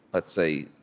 let's say,